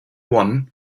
one